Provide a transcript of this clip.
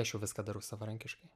aš jau viską darau savarankiškai